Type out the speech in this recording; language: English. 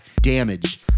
Damage